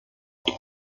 herr